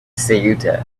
ceuta